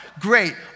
great